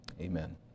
amen